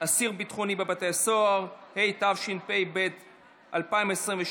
אסיר ביטחוני בבתי הסוהר), התשפ"ב 2022,